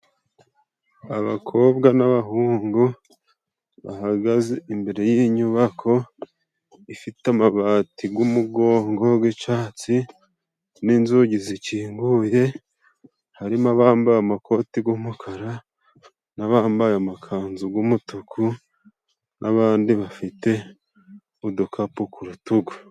Abakobwa n'abahungu bahagaze imbere y'inyubako ifite amabati g'umugongo w'icyatsi, n'inzugi zikinguye. Harimo abambaye amakoti y'umukara n'abambaye amakanzu g'umutuku n'abandi bafite udukapu ku rutugu.